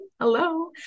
hello